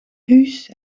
hús